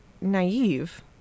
naive